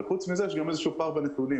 וחוץ מזה יש גם איזשהו פער בנתונים,